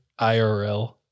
IRL